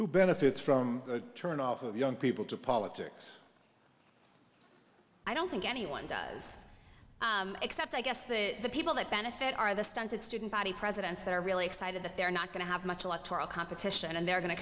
benefits from the turn off of young people to politics i don't think anyone does except i guess that the people that benefit are the stunted student body presidents that are really excited that they're not going to have much electoral competition and they're going to